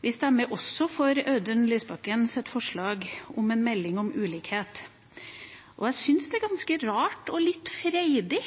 Vi stemmer også for Audun Lysbakkens forslag om en melding om ulikhet. Og jeg synes det er ganske rart – og litt freidig,